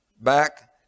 back